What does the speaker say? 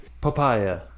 Papaya